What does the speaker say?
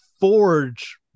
Forge